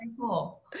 cool